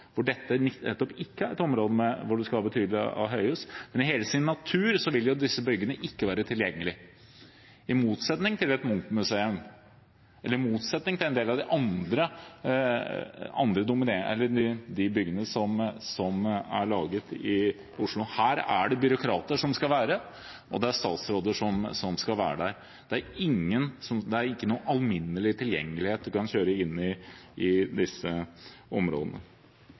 dette nettopp ikke er et område hvor en skal ha betydelig med høyhus. I hele sin natur vil jo disse bygningene ikke være tilgjengelige, i motsetning til et Munch-museum eller i motsetning til andre bygninger som er laget i Oslo. Her skal det være byråkrater, og det skal være statsråder. Det er ikke noen alminnelig tilgjengelighet, at man kan kjøre inn i disse områdene. Det